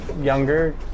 younger